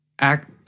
act